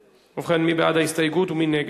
ובכן, מי בעד ההסתייגות ומי נגד?